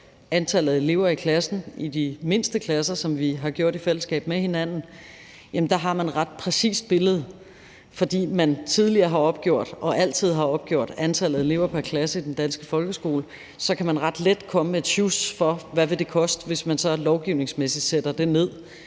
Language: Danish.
antallet af elever i klassen i de mindste klasser, sådan som vi tidligere har gjort i fællesskab. Der har man et ret præcist billede, fordi man tidligere har opgjort og altid har opgjort antallet af elever pr. klasse i den danske folkeskole. Så kan man ret let komme med et sjus for, hvad det vil koste, hvis man lovgivningsmæssigt sætter antallet